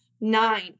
Nine